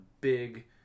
big